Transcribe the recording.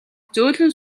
зөөлөн